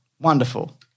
Wonderful